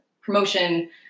promotion